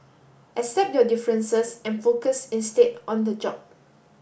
accept your differences and focus instead on the job